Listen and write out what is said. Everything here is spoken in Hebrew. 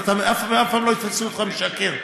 אף פעם לא יתפסו אותך משקר.